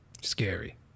scary